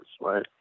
right